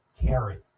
carry